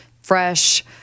fresh